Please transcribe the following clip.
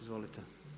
Izvolite.